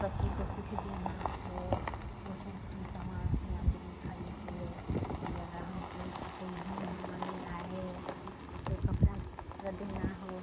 बच्ची को कुछ देना हो ओ सब चीज समान समान दे दी खरीदे दिया हमको तो कोई जो मेहमान आए या बेटी को कोई कपड़ा ओपड़ा देना हो